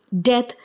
death